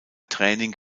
training